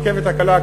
הרכבת הקלה,